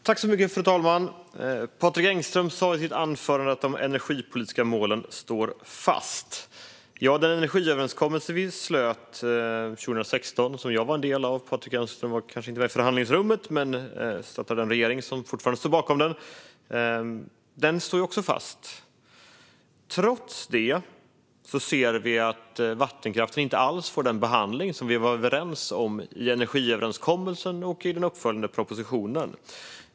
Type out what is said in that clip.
Fru talman! Patrik Engström sa i sitt anförande att de energipolitiska målen står fast. Ja, den energiöverenskommelse som vi slöt 2016 och som jag var en del av står också fast. Patrik Engström var kanske inte med i förhandlingsrummet, men han stöttar den regering som fortfarande står bakom den. Trots att energiöverenskommelsen står fast ser vi att vattenkraften inte alls får den behandling som vi var överens om i energiöverenskommelsen och i den uppföljande propositionen.